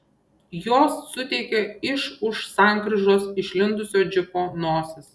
jos suteikė iš už sankryžos išlindusio džipo nosis